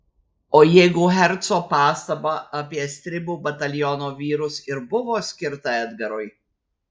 o jeigu herco pastaba apie stribų bataliono vyrus ir buvo skirta edgarui